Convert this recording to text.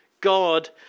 God